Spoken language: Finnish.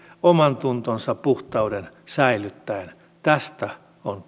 omantuntonsa puhtauden säilyttäen tästä on